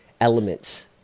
elements